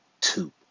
two